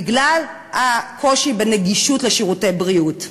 בגלל הקושי בנגישות של שירותי בריאות.